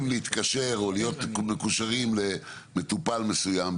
להתקשר או להיות מקושרים למטופל מסוים,